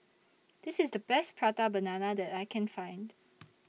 This IS The Best Prata Banana that I Can Find